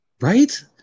right